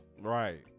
Right